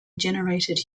generated